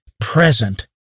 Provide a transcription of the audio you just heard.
present